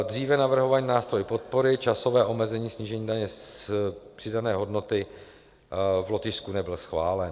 Dříve navrhovaný nástroj podpory časové omezení snížení daně z přidané hodnoty v Lotyšsku nebyl schválen.